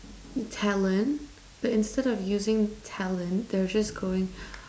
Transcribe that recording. talent but instead of using talent they're just going